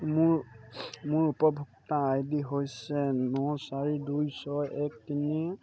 মোৰ মোৰ উপভোক্তা আই ডি হৈছে ন চাৰি দুই ছয় এক তিনি